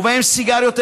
ובהם סיגריות אלקטרוניות.